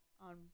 on